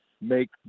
make